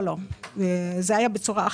לא, לא, זה היה בצורה אחרת.